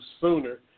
sooner